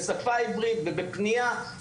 ובשפה עברית ובפנייה,